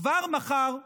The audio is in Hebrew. כבר מחר,